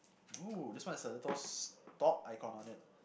oh this one has a little stop icon on it